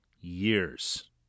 years